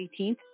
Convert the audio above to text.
18th